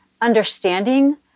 understanding